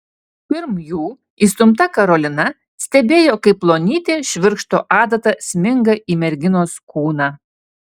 pirm jų įstumta karolina stebėjo kaip plonytė švirkšto adata sminga į merginos kūną